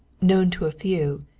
known to a few,